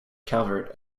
calvert